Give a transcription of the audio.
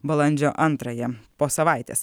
balandžio antrąją po savaitės